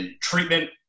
treatment